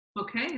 Okay